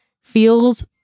feels